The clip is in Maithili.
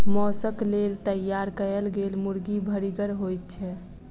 मौसक लेल तैयार कयल गेल मुर्गी भरिगर होइत छै